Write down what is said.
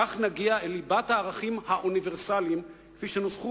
כך נגיע אל ליבת הערכים האוניברסליים שנוסחו